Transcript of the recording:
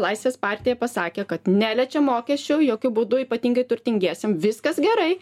laisvės partija pasakė kad neliečiam mokesčių jokiu būdu ypatingai turtingiesiem viskas gerai